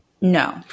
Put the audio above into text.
No